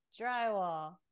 drywall